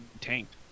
tanked